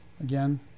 Again